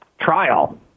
trial